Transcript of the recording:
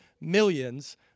millions